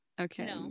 Okay